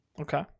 Okay